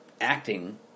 acting